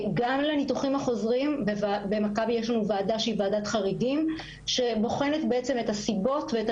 יש לנו במכבי ועדת חריגים שבוחנת את הסיבות ואת